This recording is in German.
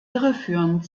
irreführend